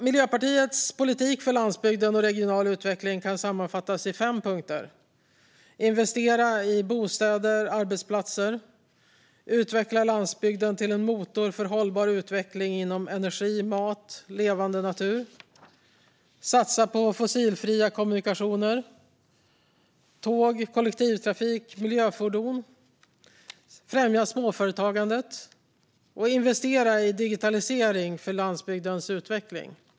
Miljöpartiets politik för landsbygden och regional utveckling kan sammanfattas i fem punkter: investera i bostäder och arbetsplatser utveckla landsbygden till en motor för hållbar utveckling inom energi, mat och levande natur satsa på fossilfria kommunikationer, tåg, kollektivtrafik och miljöfordon främja småföretagandet investera i digitalisering för landsbygdens utveckling.